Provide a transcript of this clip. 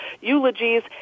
eulogies